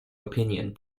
opinion